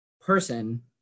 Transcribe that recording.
person